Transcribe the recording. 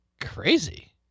Crazy